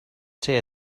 say